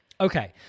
Okay